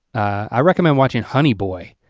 i recommend watching honey boy.